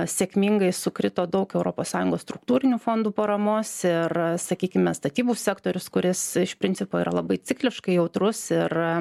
sėkmingai sukrito daug europos sąjungos struktūrinių fondų paramos ir sakykime statybų sektorius kuris iš principo yra labai cikliškai jautrus ir